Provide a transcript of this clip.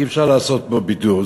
אי-אפשר לעשות פה בידור.